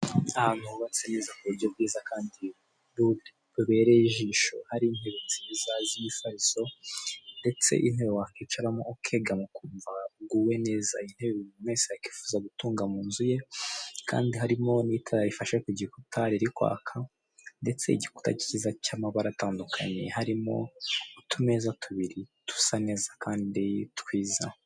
Ahantu hubatse neza ku buryo bwiza kandi bubereye ijisho, hari intebe nziza, z'imifariso, ndetse intebe wakicaramo ukegama ukumva uguwe neza, intebe umuntu wese yakifuza gutunga mu nzu ye, kandi harimo n'itara rifashe ku gikuta riri kwaka, ndetse igikuta cyiza cy'amabara atandukanye, harimo utumeza tubiri, dusa neza, kandi twiza.